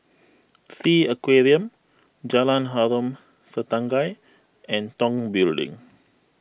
Sea Aquarium Jalan Harom Setangkai and Tong Building